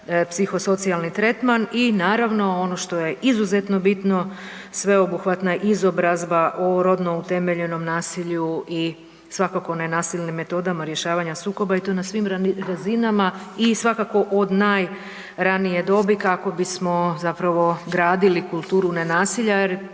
psihosocijalni tretman i naravno, ono što je izuzetno bitno, sveobuhvatna izobrazna o rodno utemeljenom nasilju i svakako nenasilnim metodama rješavanja sukoba i to na svim razinama i svakako od najranije dobi kako bismo zapravo gradili kulturu nenasilja jer,